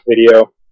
video